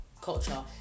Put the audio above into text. culture